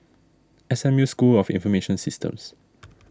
S M U School of Information Systems